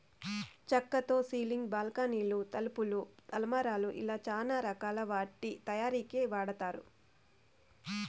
చక్కతో సీలింగ్, బాల్కానీలు, తలుపులు, అలమారాలు ఇలా చానా రకాల వాటి తయారీకి వాడతారు